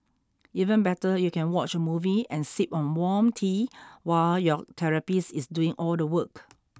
even better you can watch a movie and sip on warm tea while your therapist is doing all the work